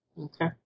Okay